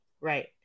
Right